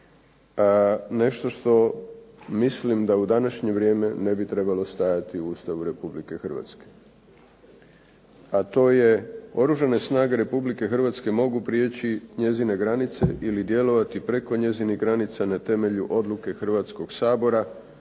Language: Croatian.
nešto što mislim da u današnje vrijeme ne bi trebalo stajati u Ustavu Republike Hrvatske. A to je "Oružane snage Republike Hrvatske mogu prijeći njezine granice ili djelovati preko njezinih granica na temelju odluke Hrvatskoga sabora